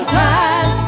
time